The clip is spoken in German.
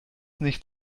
nicht